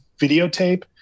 videotape